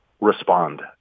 respond